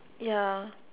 ya